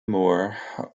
moore